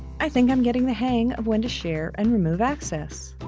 i think i'm getting the hang of when to share and remove access.